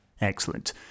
Excellent